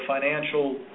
financial